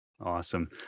Awesome